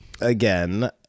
Again